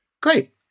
Great